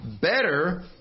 Better